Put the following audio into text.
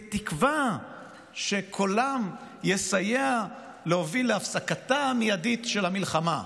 בתקווה שקולם יסייע להוביל להפסקתה המיידית של המלחמה.